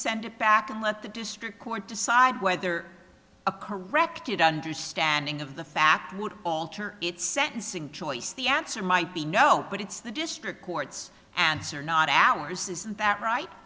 send back and let the district court decide whether a correct understanding of the fact would alter its sentencing choice the answer might be no but it's the district court's answer not ours is that right